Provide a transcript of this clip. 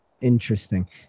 Interesting